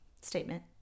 Statement